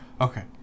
Okay